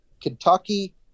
Kentucky